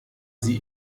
sie